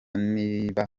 niba